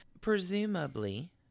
Presumably